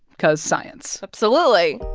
because science absolutely.